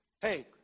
Hey